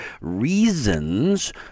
Reasons